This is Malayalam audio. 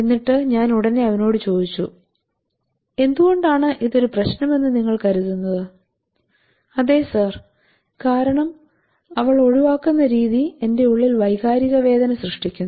എന്നിട്ട് ഞാൻ ഉടനെ അവനോടു ചോദിച്ചു എന്തുകൊണ്ടാണ് ഇത് ഒരു പ്രശ്നമെന്ന് നിങ്ങൾ കരുതുന്നത് അതെ സർ കാരണം അവൾ ഒഴിവാക്കുന്ന രീതി എന്റെ ഉള്ളിൽ വൈകാരിക വേദന സൃഷ്ടിക്കുന്നു